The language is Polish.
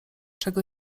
czego